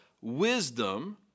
wisdom